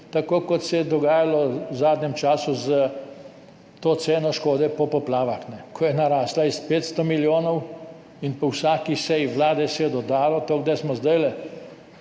kot se je dogajalo v zadnjem času s to oceno škode po poplavah, ko je narasla s 500 milijonov in po vsaki seji Vlade se je dodalo, tako da zdaj